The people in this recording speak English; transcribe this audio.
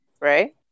right